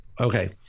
Okay